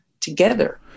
together